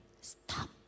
Stop